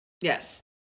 Yes